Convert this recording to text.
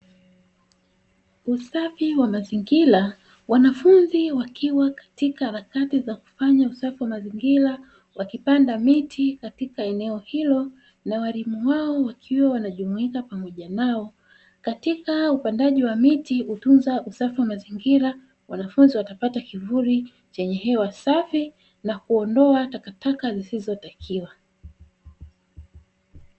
Usafi wa mazingira. Wanafunzi wakiwa katika harakati za kufanya usafi wa mazingira, wakipanda miti katika eneo hilo, na walimu wao wakiwa wanajumuika pamoja nao. Katika upandaji wa miti kutunza usafi wa mazingira, wanafunzi watapata kivuli chenye hewa safi na kuondoa takataka zisizotakiwa.